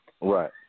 right